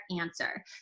answer